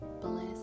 bliss